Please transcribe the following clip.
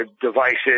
devices